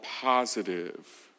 positive